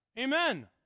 Amen